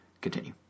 continue